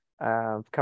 Cover